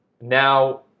now